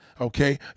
Okay